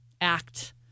act